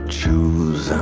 choose